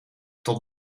tot